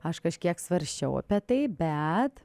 aš kažkiek svarsčiau apie tai bet